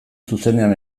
zuzenean